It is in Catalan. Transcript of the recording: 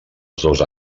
dos